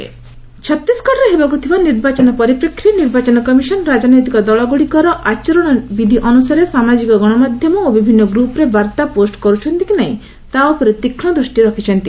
ଛତିଶଗଡ ଇଲେକୁନ ଛତିଶଗଡରେ ହେବାକୁ ଥିବା ନିର୍ବାଚନ ପରିପ୍ରେକ୍ଷୀରେ ନିର୍ବାଚନ କମିଶନ ରାଜନୈତିକ ଦଳଗୁଡ଼ିକ ନିର୍ବାଚନ ଆଚରଣବିଧ୍ୟ ଅନ୍ଦସାରେ ସାମାଜିକ ଗଣମାଧ୍ୟମ ଓ ବିଭିନ୍ନ ଗ୍ରପ୍ରେ ବାର୍ଭା ପୋଷ୍ଟ କରୁଛନ୍ତି କି ନାହଁ ତା' ଉପରେ ତୀକ୍ଷ୍ଣ ଦୃଷ୍ଟି ରଖିଛନ୍ତି